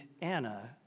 Anna